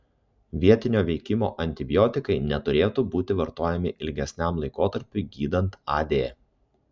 vietinio veikimo antibiotikai neturėtų būti vartojami ilgesniam laikotarpiui gydant ad